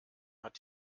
hat